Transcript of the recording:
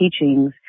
teachings